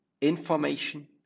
information